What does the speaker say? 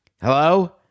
Hello